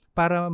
para